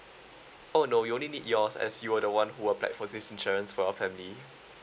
oh no we only need yours as you were the one who applied for this insurance for your family